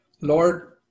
Lord